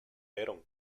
veron